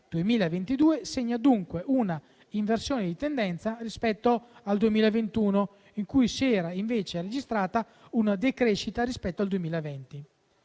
2022 segna dunque una inversione di tendenza rispetto al 2021, in cui si era invece registrata una decrescita rispetto al 2020.